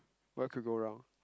what could go wrong